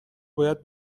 باید